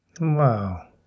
Wow